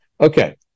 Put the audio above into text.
Okay